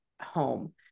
home